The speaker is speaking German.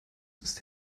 ist